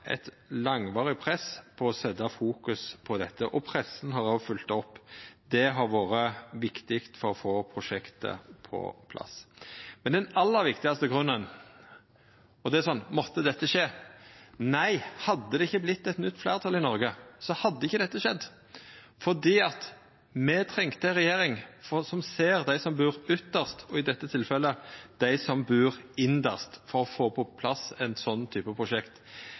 eit langvarig press på å setja dette i fokus. Pressen har òg følgt opp. Det har vore viktig for å få prosjektet på plass. Men over til den aller viktigaste grunnen, og då er spørsmålet: Måtte dette skje? Nei, hadde det ikkje vorte eit nytt fleirtal i Noreg, hadde ikkje dette skjedd. Me trengte ei regjering som ser dei som bur ytst, og i dette tilfellet dei som bur inst, for å få på plass ein sånn type prosjekt.